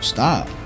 Stop